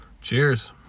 Cheers